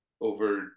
over